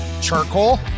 charcoal